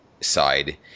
side